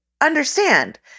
understand